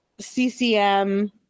CCM